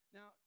now